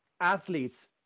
athletes